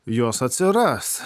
jos atsiras